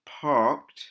parked